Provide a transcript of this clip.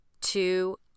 two